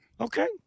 Okay